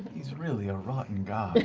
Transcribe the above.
he's really a rotten guy.